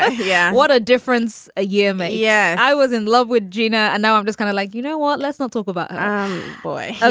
yeah. what a difference a year. ah yeah. i was in love with gina and now i'm just kind of like you know what let's not talk about boy so